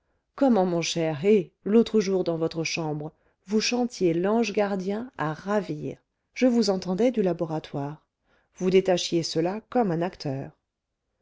comment mon cher eh l'autre jour dans votre chambre vous chantiez l'ange gardien à ravir je vous entendais du laboratoire vous détachiez cela comme un acteur